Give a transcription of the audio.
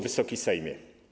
Wysoki Sejmie!